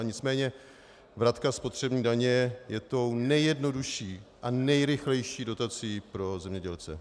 Nicméně vratka spotřební daně je tou nejjednodušší a nejrychlejší dotací pro zemědělce.